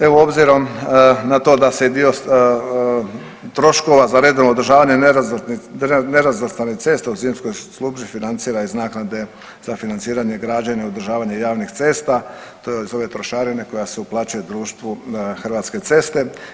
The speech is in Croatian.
Evo, obzirom na to da se dio troškova za redovno održavanje nerazvrstanih cesta u zimskoj službi financira iz naknade za financiranje, građenje, održavanje javnih cesta to je iz ove trošarine koja se uplaćuje društvu Hrvatske ceste.